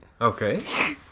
Okay